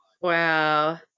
Wow